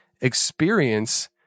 experience